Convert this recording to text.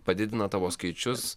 padidina tavo skaičius